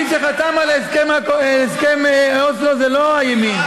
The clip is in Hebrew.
מי שחתם על הסכם אוסלו זה לא הימין.